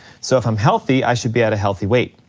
so if i'm healthy, i should be at a healthy weight.